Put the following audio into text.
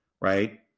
right